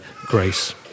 grace